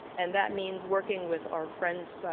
and that means working with our friends,